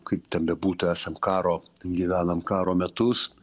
kaip ten bebūtų esam karo gyvenam karo metus